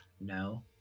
No